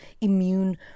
immune